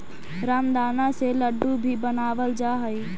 रामदाना से लड्डू भी बनावल जा हइ